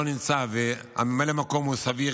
לא נמצא וממלא המקום היה סבי,